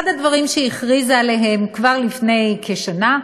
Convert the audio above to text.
אחד הדברים שהיא הכריזה עליהם כבר לפני כשנה,